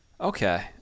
Okay